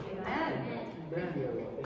Amen